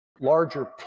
larger